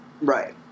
Right